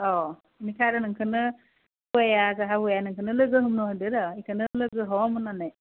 अ बेनिखायनो आरो नोंखोनो हौवाया जाहा हौवाया नोंखोनो लोगो हमहोदो र' इखोनो लोगो हम होननानै